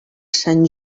sant